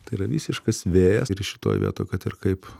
tai yra visiškas vėjas ir šitoj vietoj kad ir kaip